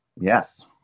Yes